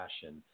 passion